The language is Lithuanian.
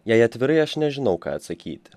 jei atvirai aš nežinau ką atsakyti